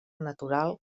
natural